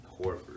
Horford